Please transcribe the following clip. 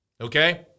Okay